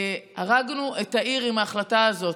הרגנו את העיר עם ההחלטה הזאת.